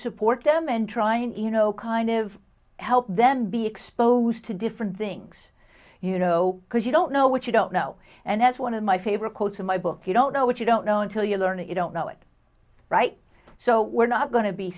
support them and trying to you know kind of help then be exposed to different things you know because you don't know what you don't know and as one of my favorite quotes in my book you don't know what you don't know until you learn it you don't know it right so we're not going to be